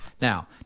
Now